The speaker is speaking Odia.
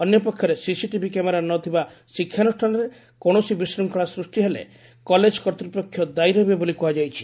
ଅନ୍ୟପକ୍ଷରେ ସିସିଟିଭି କ୍ୟାମେରା ନ ଥିବା ଶିକ୍ଷାନ୍ଷାନରେ କୌଣସି ବିଶୂଙ୍ଖଳା ସୃଷି ହେଲେ କଲେଜ କର୍ତ୍ତୃପକ୍ଷ ଦାୟୀ ରହିବେ ବୋଲି କୁହାଯାଉଛି